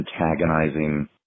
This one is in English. antagonizing